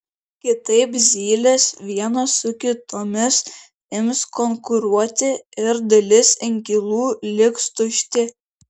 kitaip zylės vienos su kitomis ims konkuruoti ir dalis inkilų liks tušti